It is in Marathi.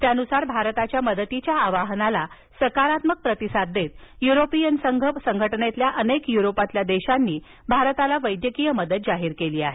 त्यानुसार भारताच्या मदतीच्या आवाहनाला सकारात्मक प्रतिसाद देत युरोपियन संघ संघटनेतील अनेक युरोपातील देशांनी भारताला वैद्यकीय मदत जाहीर केली आहे